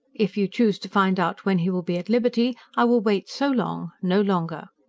if you choose to find out when he will be at liberty, i will wait so long no longer.